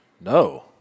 No